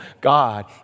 God